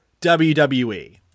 WWE